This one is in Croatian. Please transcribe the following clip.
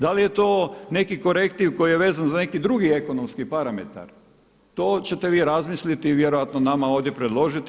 Da li je to neki korektiv koji je vezan za neki drugi ekonomski parametar, to ćete vi razmisliti i vjerojatno nama ovdje predložiti.